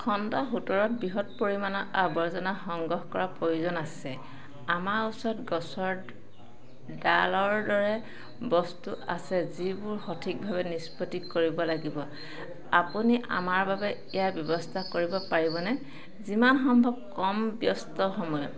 খণ্ড সোতৰত বৃহৎ পৰিমাণৰ আৱৰ্জনা সংগ্ৰহ কৰাৰ প্ৰয়োজন আছে আমাৰ ওচৰত গছৰ ডালৰ দৰে বস্তু আছে যিবোৰ সঠিকভাৱে নিষ্পত্তি কৰিব লাগিব আপুনি আমাৰ বাবে ইয়াৰ ব্যৱস্থা কৰিব পাৰিবনে যিমান সম্ভৱ কম ব্যস্ত সময়ত